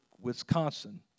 Wisconsin